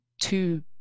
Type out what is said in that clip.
two